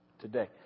today